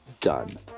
done